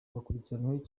bakurikiranweho